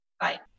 Bye